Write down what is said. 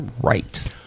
right